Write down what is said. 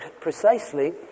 precisely